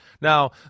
Now